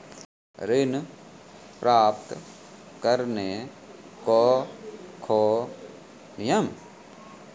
ऋण प्राप्त करने कख नियम?